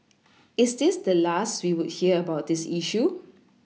is this the last we would hear about this issue